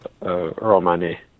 Romani